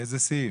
איזה סעיף?